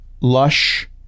lush